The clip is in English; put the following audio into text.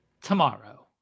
tomorrow